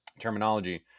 terminology